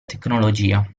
tecnologia